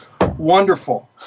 Wonderful